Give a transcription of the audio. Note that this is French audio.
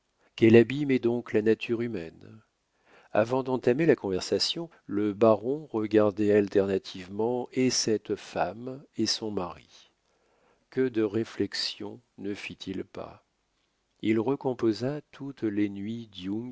quel abîme est donc la nature humaine avant d'entamer la conversation le baron regardait alternativement et cette femme et son mari que de réflexions ne fit-il pas il recomposa toutes les nuits